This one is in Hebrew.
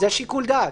זה שיקול דעת.